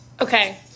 Okay